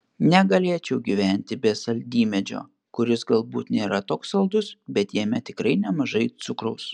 negalėčiau gyventi be saldymedžio kuris galbūt nėra toks saldus bet jame tikrai nemažai cukraus